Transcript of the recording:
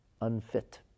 unfit